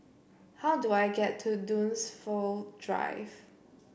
how do I get to Dunsfold Drive